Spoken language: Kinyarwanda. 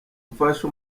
bufasha